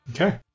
Okay